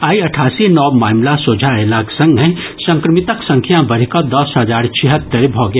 आइ अठासी नव मामिला सोझा अयलाक संगहि संक्रमितक संख्या बढ़ि कऽ दस हजार छिहत्तरि भऽ गेल